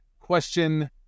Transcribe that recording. Question